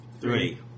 Three